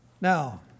Now